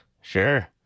Sure